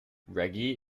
reggie